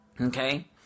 Okay